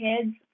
kids